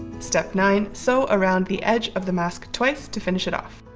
step nine. sew around the edge of the mask twice to finish it off.